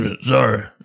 Sorry